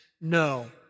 no